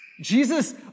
Jesus